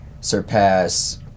surpass